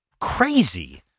crazy